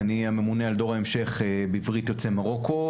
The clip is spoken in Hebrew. אני הממונה על דור ההמשך בברית יוצאי מרוקו,